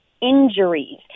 injuries